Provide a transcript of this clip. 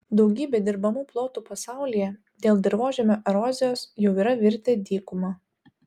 daugybė dirbamų plotų pasaulyje dėl dirvožemio erozijos jau yra virtę dykuma